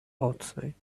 outside